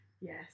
Yes